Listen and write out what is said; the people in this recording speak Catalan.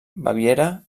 baviera